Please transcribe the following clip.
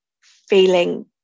feeling